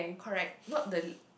correct not the